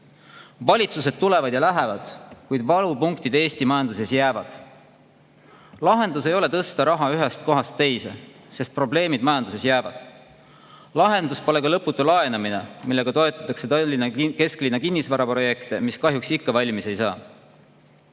valitsused tulevad ja lähevad, kuid valupunktid Eesti majanduses jäävad. Lahendus ei ole tõsta raha ühest kohast teise, sest [sel juhul] probleemid majanduses jäävad. Lahendus pole ka lõputu laenamine, millega toetatakse Tallinna kesklinna kinnisvaraprojekte, mis kahjuks ikka valmis ei saa.